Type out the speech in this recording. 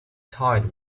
tired